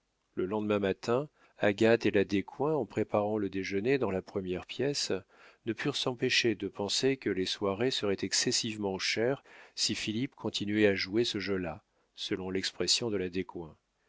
le lendemain matin agathe et la descoings en préparant le déjeuner dans la première pièce ne purent s'empêcher de penser que les soirées seraient excessivement chères si philippe continuait à jouer ce jeu-là selon l'expression de la